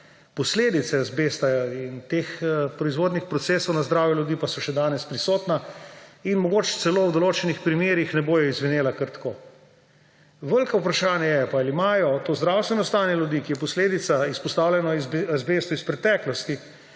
posledice azbesta in teh proizvodnih procesov na zdravju ljudi pa so še danes prisotna in mogoče celo v določenih primerih ne bodo izzvenela kar tako. Veliko vprašanje je pa, ali ima to zdravstveno stanje ljudi, ki je posledica izpostavljenosti azbestu iz preteklosti,